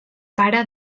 pare